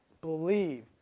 believe